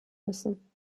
müssen